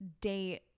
date